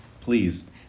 please